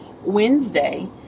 Wednesday